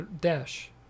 Dash